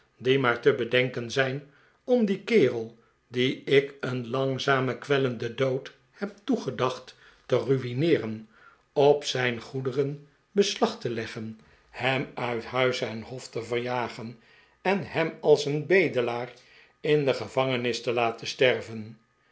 maar te bede nken zijn om dien kerel dien ik een langzamen kwellenden dood heb toegedacht te ruineeren op zijn goederen beslag te leggen hem uit huis en hof te verjagen en hem als een bedelaar in de gevangenis te laten sterven